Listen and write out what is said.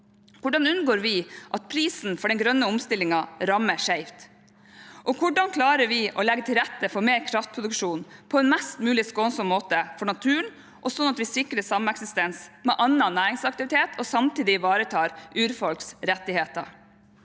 Hvordan unngår vi at prisen for den grønne omstillingen rammer skeivt? Hvordan klarer vi å legge til rette for mer kraftproduksjon på en mest mulig skånsom måte for naturen og sånn at vi sikrer sameksistens med annen næringsaktivitet og samtidig ivaretar urfolks rettigheter?